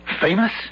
Famous